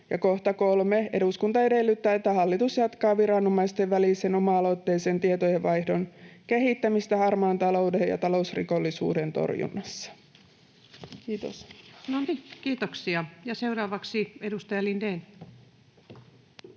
kohta 3: ”Eduskunta edellyttää, että hallitus jatkaa viranomaisten välisen oma-aloitteisen tietojenvaihdon kehittämistä harmaan talouden ja talousrikollisuuden torjunnassa.” — Kiitos. No niin, kiitoksia. — Ja seuraavaksi edustaja Lindén.